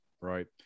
Right